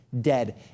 dead